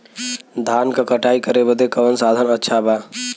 धान क कटाई करे बदे कवन साधन अच्छा बा?